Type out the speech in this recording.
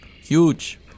huge